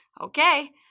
Okay